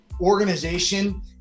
organization